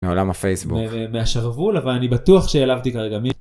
מעולם הפייסבוק. מהשרוול, אבל אני בטוח שהעלבתי כרגע מי...